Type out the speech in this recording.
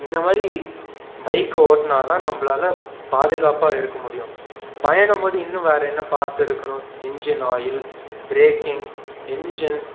இந்த மாதிரி பைக்கை ஓட்டுனாதான் நம்மளால் பாதுகாப்பாக இருக்க முடியும் பயணம் போது இன்னும் வேறு பார்த்துருக்கணும் இன்ஜின் ஆயில் பிரேக்கிங் இன்ஜின்